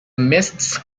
mists